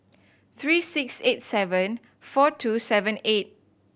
three six eight seven four two seven eight